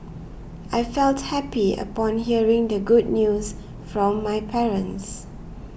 I felt happy upon hearing the good news from my parents